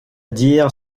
dire